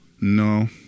No